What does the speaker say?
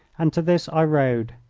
and to this i rode.